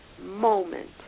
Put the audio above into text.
moment